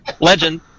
Legend